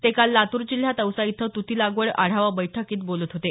ते काल लातूर जिल्ह्यात औसा इथं तृती लागवड आढावा बैठकीत बोलत होते